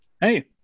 Hey